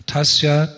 Tasya